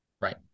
Right